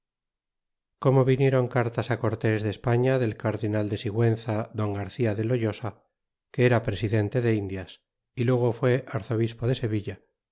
como vinieron cartas cortes de espaia del cardenal de siguenza don garcia de loyosa que era presidente de indias y luego fue arzobispo de sevilla